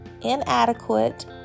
inadequate